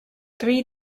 three